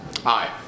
Hi